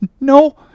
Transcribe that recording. No